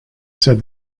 said